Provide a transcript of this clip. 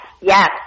yes